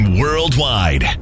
worldwide